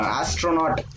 astronaut